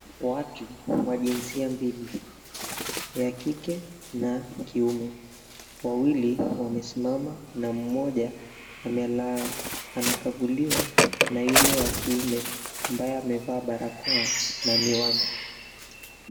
Watu wa jinsia mbili ya kike na kiume wawili wamesimama na mmoja amelala anakaguliwa na yule wa kiume ambaye amevaa barakoa na miwani.